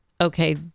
okay